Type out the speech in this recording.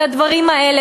על הדברים האלה,